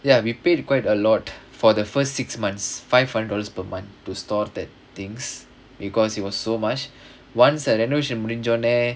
ya we paid quite a lot for the first six months five hundred dollars per month to store the things because it was so much once the renovation முடின்சோனே:mudinjonae